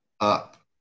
up